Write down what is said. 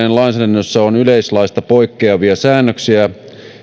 hallinnonalojen lainsäädännössä on yleislaista poikkeavia säännöksiä